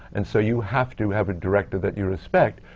and so, you have to have a director that you respect,